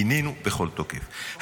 גינינו בכל תוקף.